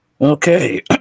Okay